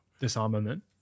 Disarmament